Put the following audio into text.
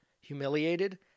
humiliated